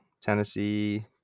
Tennessee